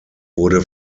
wurde